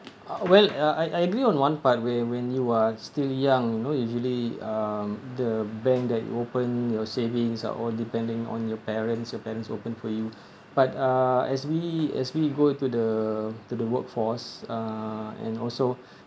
uh well ya I I agree on one part where when you are still young you know usually um the bank that you open your savings are all depending on your parents your parents open for you but uh as we as we go to the to the workforce uh and also